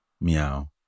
meow